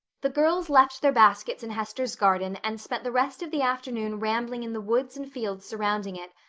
the girls left their baskets in hester's garden and spent the rest of the afternoon rambling in the woods and fields surrounding it,